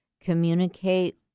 communicate